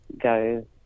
go